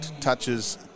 touches